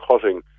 cutting